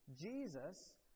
Jesus